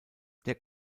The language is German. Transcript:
der